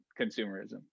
consumerism